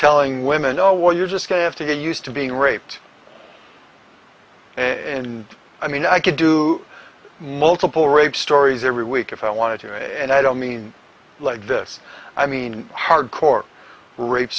telling women oh well you're just going to have to get used to being raped and i mean i could do multiple rape stories every week if i wanted to and i don't mean like this i mean hardcore rape